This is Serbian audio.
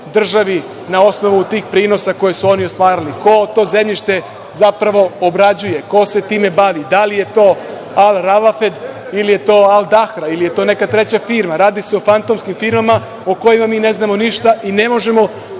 na osnovu tih prinosa koje su oni ostvarili. Ko to zemljište zapravo obrađuje? Ko se time bavi? Da li je to „Al Ravafed“ ili je to „Al Dahra“ ili je to neka treća firma. Radi se o fantomskim firmama o kojima mi ne znamo ništa i ne možemo